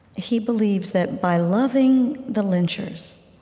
he believes that by loving the lynchers,